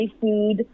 food